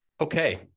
Okay